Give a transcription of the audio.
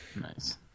Nice